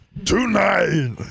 Tonight